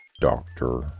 doctor